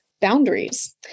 boundaries